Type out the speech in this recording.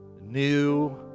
new